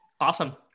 awesome